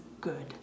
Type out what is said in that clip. good